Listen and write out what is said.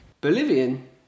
Bolivian